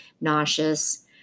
nauseous